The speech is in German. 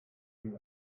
ihm